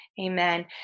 Amen